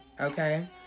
okay